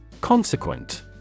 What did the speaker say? Consequent